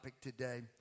today